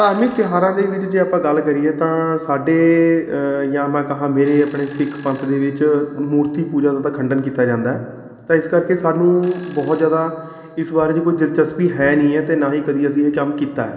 ਧਾਰਮਿਕ ਤਿਉਹਾਰਾਂ ਦੇ ਵਿੱਚ ਜੇ ਆਪਾਂ ਗੱਲ ਕਰੀਏ ਤਾਂ ਸਾਡੇ ਜਾਂ ਮੈਂ ਕਹਾਂ ਮੇਰੇ ਆਪਣੇ ਸਿੱਖ ਪੰਥ ਦੇ ਵਿੱਚ ਮੂਰਤੀ ਪੂਜਾ ਦਾ ਤਾਂ ਖੰਡਨ ਕੀਤਾ ਜਾਂਦਾ ਤਾਂ ਇਸ ਕਰਕੇ ਸਾਨੂੰ ਬਹੁਤ ਜ਼ਿਆਦਾ ਇਸ ਬਾਰੇ 'ਚ ਕੋਈ ਦਿਲਚਸਪੀ ਹੈ ਨਹੀਂ ਹੈ ਅਤੇ ਨਾ ਹੀ ਕਦੇ ਅਸੀਂ ਇਹ ਕੰਮ ਕੀਤਾ ਹੈ